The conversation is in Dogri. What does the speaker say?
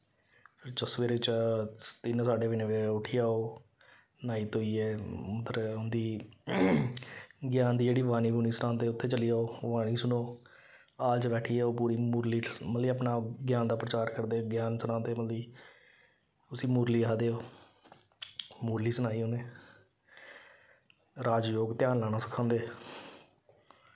अच्छा सवेरे च तिन्न साड्डे तिन्न बजे उट्ठी जाओ न्हाई धोइयै उद्धर उं'दी ज्ञान दी जेह्ड़ी वाणी वूणी सनांदे उत्थै चली जाओ ओह् वाणी सुनो हाल च बैठियै ओह् पूरी मुरली मतलब कि अपना ज्ञान दा प्रचार करदे ज्ञान सनांदे मतलब कि उसी मुरली आखदे ओह् मुरली सनाई उ'नें राजयोग ध्यान लाना सखांदे